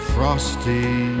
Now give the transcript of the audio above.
Frosty